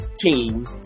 team